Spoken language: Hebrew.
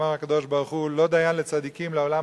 אמר הקדוש-ברוך-הוא: לא דיין לצדיקים לעולם